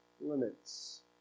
limits